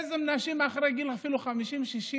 בעצם נשים אחרי גיל 50, 60,